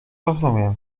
rozumiem